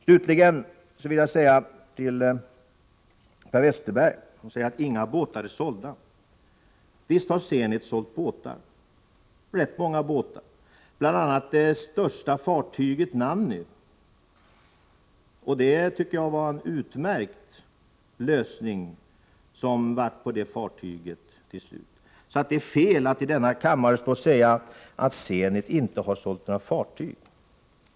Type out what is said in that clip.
Slutligen vill jag säga till Per Westerberg, som påstår att inga båtar är sålda, att visst har Zenit sålt rätt många fartyg, bl.a. det största fartyget Nanny. Det tycker jag var en utmärkt lösning när det gäller detta fartyg. Det är helt fel att i denna kammare påstå att Zenit inte har sålt några fartyg.